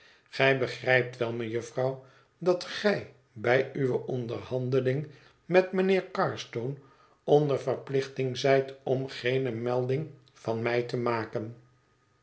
gij begrijpt wel mejufvrouw dat gij bij uwe onderhandeling met mijnheer carstone onder verplichting zijt om geene melding van m ij te maken